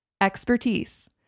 Expertise